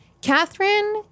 Catherine